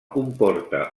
comporta